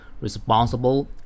responsible